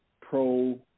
pro